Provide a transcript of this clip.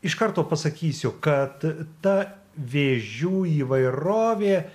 iš karto pasakysiu kad ta vėžių įvairovė